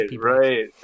right